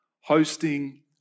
hosting